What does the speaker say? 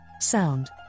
sound